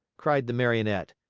cried the marionette.